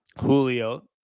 Julio